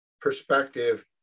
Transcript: perspective